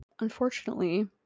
Unfortunately